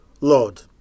Lord